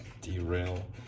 derail